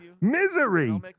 misery